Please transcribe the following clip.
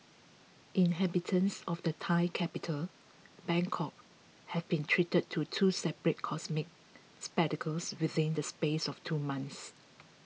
inhabitants of the Thai capital Bangkok have been treated to two separate cosmic spectacles within the space of two months